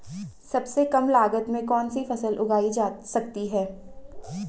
सबसे कम लागत में कौन सी फसल उगाई जा सकती है